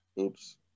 Oops